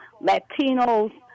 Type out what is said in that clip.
Latinos